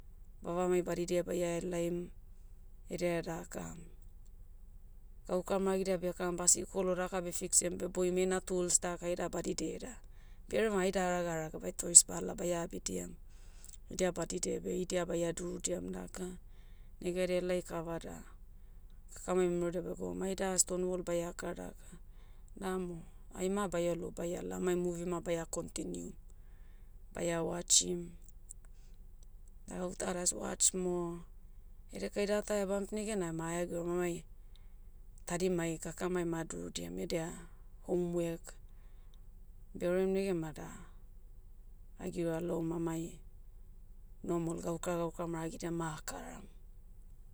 Vavami badidia baia helaim, edia daka, gauka maragidia bekaram basikol o daka beh fixiam beboim heina tools daka aida badidiai da, berevam aida haraga haraga bai toreis bala baia abidiam. Idia badidia beh idia baia durudiam daka. Negaidia elai kava da, kakamai memerodia begoum aida stone wall baia kara daka. Namo, aima baia lou baiala amai movie ma baia continue. Baia watchim. Da gauta las watch moh. Edekai data bump negena ma aegirom amai, tadimai kakamai ma adurudiam edia, homework. Beorem negen mada, ah giroa loum amai, normal gaukara gaukara maragidia ma akaram.